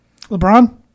LeBron